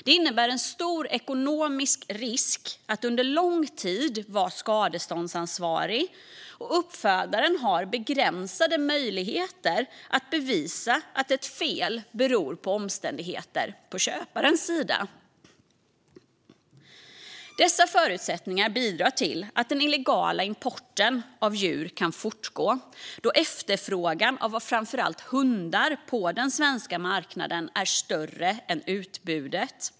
Det innebär en stor ekonomisk risk att under lång tid vara skadeståndsansvarig, och uppfödaren har begränsade möjligheter att bevisa att ett fel beror på omständigheter på köparens sida. Dessa förutsättningar bidrar till att den illegala importen av djur kan fortgå då efterfrågan på framför allt hundar på den svenska marknaden är större än utbudet.